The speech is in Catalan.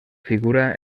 figura